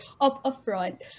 Upfront